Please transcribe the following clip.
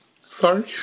Sorry